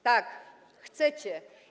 Tak, chcecie.